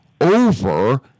over